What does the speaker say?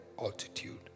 altitude